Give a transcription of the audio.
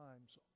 times